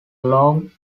long